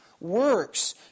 works